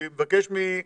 אני מבקש מפרופ'